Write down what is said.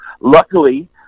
luckily